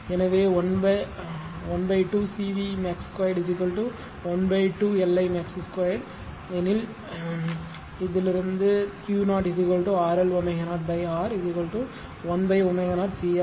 எனவே 12 CV max 2 12 LI max 2 எனில் இருந்து Q0 RL ω0 R 1ω0 CR